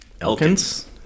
Elkins